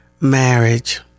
Marriage